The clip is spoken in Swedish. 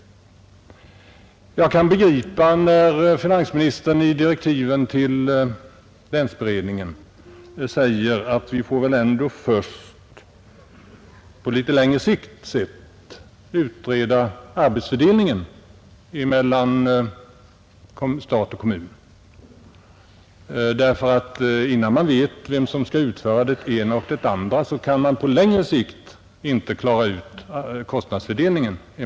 Jag kan förstå finansministern, när han säger i direktiven till länsberedningen att vi väl ändå först får utreda arbetsfördelningen mellan stat och kommun, sedd i litet längre perspektiv. Innan man vet vem som skall utföra det ena och det andra, kan man ju inte på längre sikt klara ut kostnadsfördelningen.